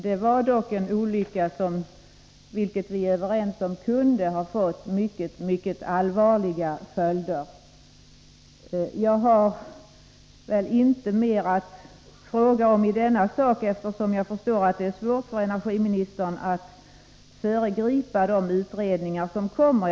Det var dock en olycka som kunde ha fått mycket allvarliga följder — det är vi överens om. Jag förstår att det är svårt för energiministern att föregripa de utredningar som skall göras.